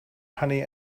honey